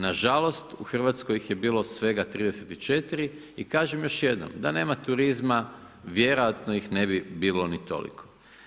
Nažalost, u Hrvatskoj ih je bilo svega 34 i kažem još jednom, da nema turizma vjerojatno ih ne bi bilo ni toliko.